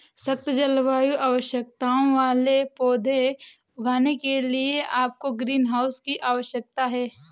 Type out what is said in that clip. सख्त जलवायु आवश्यकताओं वाले पौधे उगाने के लिए आपको ग्रीनहाउस की आवश्यकता है